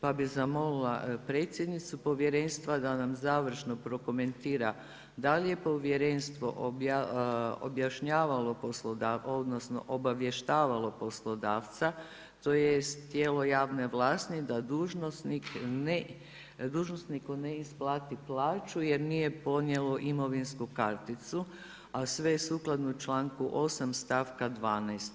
Pa bih zamolila predsjednicu povjerenstva da nam završno prokomentira da li je povjerenstvo objašnjavalo, odnosno obavještavalo poslodavca, tj. tijelo javne vlasti da dužnosniku ne isplati plaću jer nije podnijelo imovinsku karticu a sve sukladno 8. stavka 12.